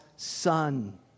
Son